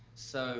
so